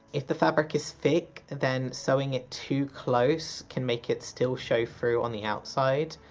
if the fabric is thick, then sewing it too close can make it still show through on the outside,